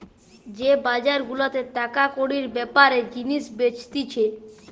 যে বাজার গুলাতে টাকা কড়ির বেপারে জিনিস বেচতিছে